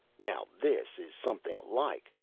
now this is something like!